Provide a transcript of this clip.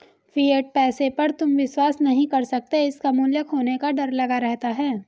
fiat पैसे पर तुम विश्वास नहीं कर सकते इसका मूल्य खोने का डर लगा रहता है